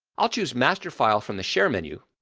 i'll choose master file from the share menu,